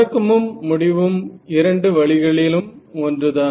தொடக்கமும் முடிவும் இரண்டு வழிகளிலும் ஒன்றுதான்